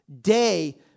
day